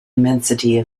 immensity